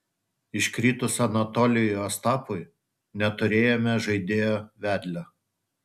iškritus anatolijui ostapui neturėjome žaidėjo vedlio